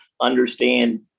understand